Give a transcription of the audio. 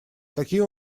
какие